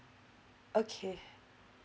okay